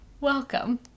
Welcome